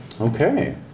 Okay